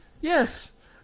Yes